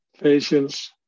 Patience